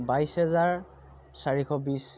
বাইছ হেজাৰ চাৰিশ বিছ